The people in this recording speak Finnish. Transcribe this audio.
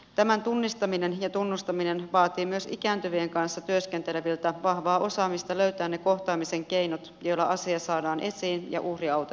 tämän tunnistaminen ja tunnustaminen vaatii myös ikääntyvien kanssa työskenteleviltä vahvaa osaamista löytää ne kohtaamisen keinot joilla asia saadaan esiin ja uhri autettavaksi